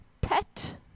pet